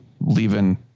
leaving